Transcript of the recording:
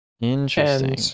interesting